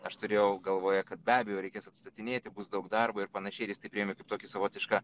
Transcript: aš turėjau galvoje kad be abejo reikės atstatinėti bus daug darbo ir panašiai ir jis tai priėmė kaip tokį savotišką